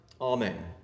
amen